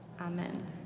Amen